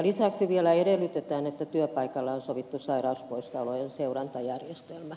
lisäksi vielä edellytetään että työpaikalla on sovittu sairauspoissaolojen seurantajärjestelmä